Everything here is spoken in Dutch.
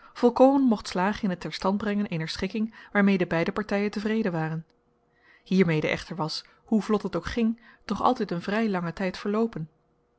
volkomen mocht slagen in het ter stand brengen eener schikking waarmede beide partijen tevreden waren hiermede echter was hoe vlot het ook ging toch altijd een vrij lange tijd verloopen